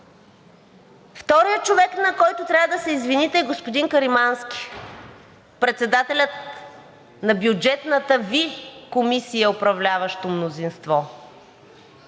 Вторият човек, на когото трябва да се извините, е господин Каримански – председателя на Бюджетната Ви комисия, управляващо мнозинство,